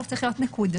החוק צריך להיות נקודתי.